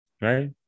Right